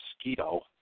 mosquito